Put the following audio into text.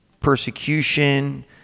persecution